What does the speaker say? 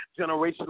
generational